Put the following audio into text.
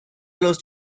los